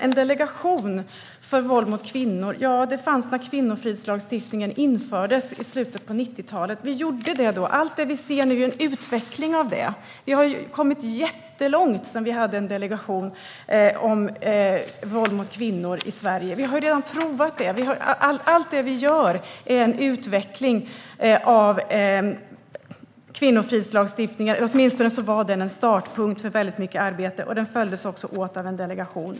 En delegation om våld mot kvinnor fanns när kvinnofridslagstiftningen infördes i slutet av 90-talet, Désirée Pethrus. Vi gjorde det då. Allt det vi nu ser är en utveckling av det. Vi har kommit jättelångt sedan vi hade en delegation om våld mot kvinnor i Sverige. Vi har redan provat det. Allt det vi gör är en utveckling av kvinnofridslagstiftningen - åtminstone var den en startpunkt för väldigt mycket arbete. Den följdes också åt av en delegation.